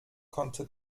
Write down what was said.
konnte